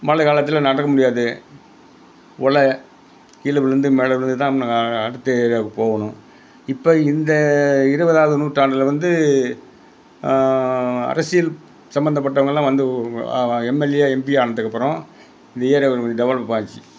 மழைக்காலத்துல நடக்க முடியாது ஒலை கீழே விழுந்து மேலே விழுந்து தான் நாங்கள் அடுத்த ஏரியாவுக்கு போகணும் இப்போ இந்த இருபதாவது நூற்றாண்டில் வந்து அரசியல் சம்மந்தப்பட்டவங்களாம் வந்து எம்எல்ஏ எம்பி ஆனதுக்கப்புறம் இந்த ஏரியா டெவலப் ஆச்சு